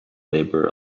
labor